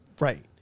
Right